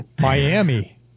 Miami